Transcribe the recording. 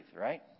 Right